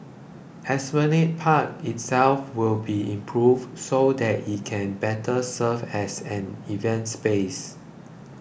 Esplanade Park itself will be improved so that it can better serve as an event space